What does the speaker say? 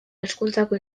hezkuntzako